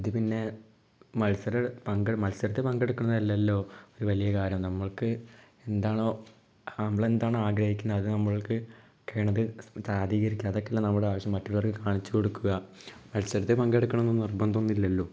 ഇത് പിന്നേ മത്സരം മത്സരത്തിൽ പങ്കെടുക്കുന്നത് അല്ലല്ലോ ഒരു വലിയ കാര്യം നമ്മൾക്ക് എന്താണോ നമ്മൾ എന്താണോ ആഗ്രഹിക്കുന്നത് അത് നമ്മൾക്ക് കഴിയുന്നത് സാധികരിക്കുക അതൊക്കെ അല്ലേ നമ്മുടെ ആവശ്യം അത് മറ്റുള്ളവർക്ക് കാണിച്ചു കൊടുക്കുക മത്സരത്തിൽ പങ്കെടുക്കണം എന്ന് നിർബന്ധം ഒന്നുമില്ലല്ലോ